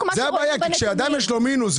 כשאדם יש לו מינוס,